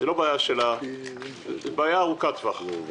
זה לא בעיה שנוצרה עכשיו, זו בעיה ארוכת-טווח.